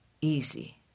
easy